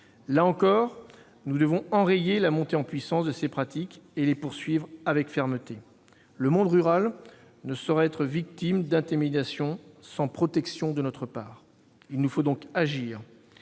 devons donc enrayer la montée en puissance de ces pratiques et poursuivre leurs auteurs avec fermeté. Le monde rural ne saurait être victime d'intimidations sans protection de notre part. Il nous faut agir.